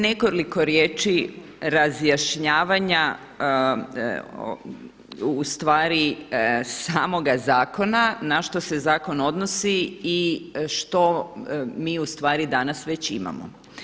nekoliko riječi razjašnjavanja ustvari samoga zakona, na što se zakon odnosi i što mi ustvari danas već imamo.